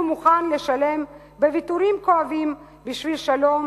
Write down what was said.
מוכן לשלם בוויתורים כואבים בשביל שלום,